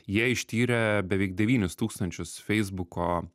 jie ištyrė beveik devynis tūkstančius feisbuko